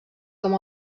com